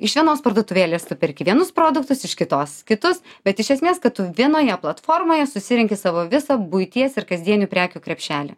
iš vienos parduotuvėlės tu perki vienus produktus iš kitos kitus bet iš esmės kad tu vienoje platformoje susirenki savo visą buities ir kasdienių prekių krepšelį